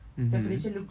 mmhmm